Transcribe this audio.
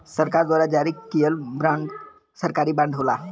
सरकार द्वारा जारी किहल बांड सरकारी बांड होला